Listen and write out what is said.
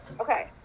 okay